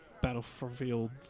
Battlefield